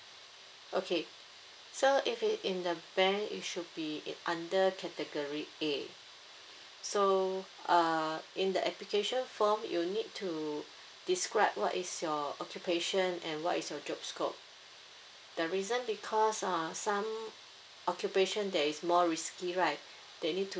okay so if you in a bank you should be under the category A so uh in the application form you need to describe what is your occupation and what is your job scope the reason because uh some occupation that is more risky right they need to